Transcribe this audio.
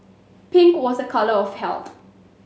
pink was a colour of health